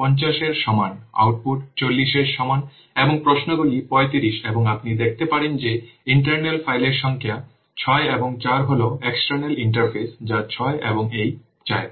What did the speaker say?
50 এর সমান আউটপুট 40 এর সমান এবং প্রশ্নগুলি 35 এবং আপনি দেখতে পারেন যে ইন্টারনাল ফাইলের সংখ্যা 6 এবং 4 হল এক্সটার্নাল ইন্টারফেস যা 6 এবং এই 4